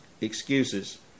excuses